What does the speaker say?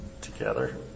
together